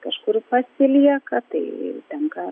kažkur pasilieka tai tenka